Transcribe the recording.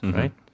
right